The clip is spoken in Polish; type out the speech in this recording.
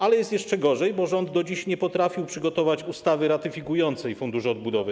Ale jest jeszcze gorzej, bo rząd do dziś nie potrafił przygotować ustawy ratyfikującej Fundusz Odbudowy.